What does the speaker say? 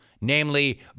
namely